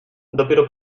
dopiero